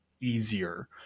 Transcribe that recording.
easier